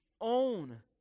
own